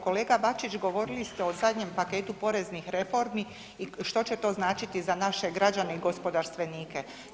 Kolega Bačić, govorili ste o zadnjem paketu poreznih reformi i što će to značiti za naše građane i gospodarstvenike.